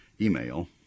email